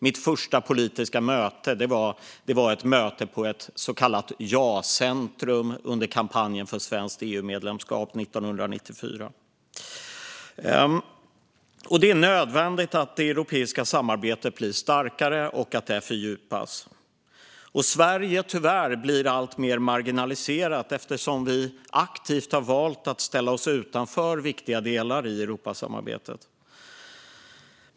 Mitt första politiska möte var ett möte på ett så kallat ja-centrum under kampanjen för ett svenskt EU-medlemskap 1994. Det är nödvändigt att det europeiska samarbetet blir starkare och att det fördjupas. Sverige blir tyvärr alltmer marginaliserat eftersom vi aktivt har valt att ställa oss utanför viktiga delar i Europasamarbetet.